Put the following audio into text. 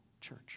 church